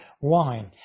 wine